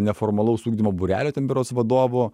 neformalaus ugdymo būrelio ten berods vadovu